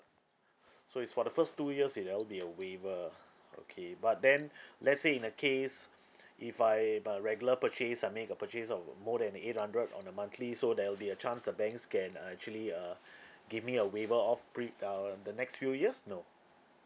so it's for the first two years ya there'll be a waiver okay but then let's say in a case if I am a regular purchase I make a purchase of more than eight hundred on a monthly so there'll be a chance the banks can uh actually uh give me a waiver off pre~ uh the next few years no